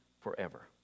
forever